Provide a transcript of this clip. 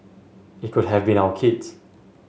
it could have been our kids